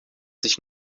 sich